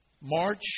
March